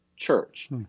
church